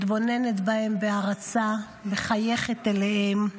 מתבוננת בהן בהערצה, מחייכת אליהן.